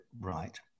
right